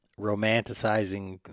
romanticizing